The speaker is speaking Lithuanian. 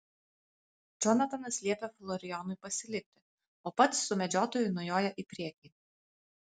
džonatanas liepia florijonui pasilikti o pats su medžiotoju nujoja į priekį